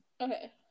Okay